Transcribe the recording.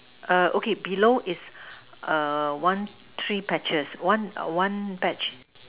err okay below is err one tree patches one err one patch